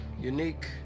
unique